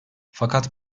fakat